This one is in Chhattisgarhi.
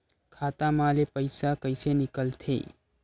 खाता मा ले पईसा कइसे निकल थे?